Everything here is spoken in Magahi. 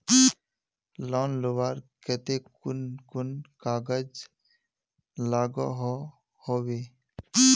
लोन लुबार केते कुन कुन कागज लागोहो होबे?